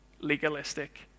legalistic